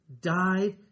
died